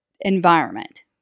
environment